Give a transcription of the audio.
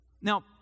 Now